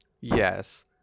yes